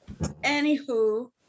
anywho